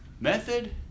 method